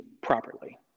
properly